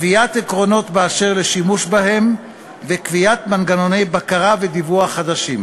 קביעת עקרונות באשר לשימוש בהם וקביעת מנגנוני בקרה ודיווח חדשים.